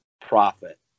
profit